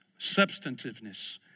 substantiveness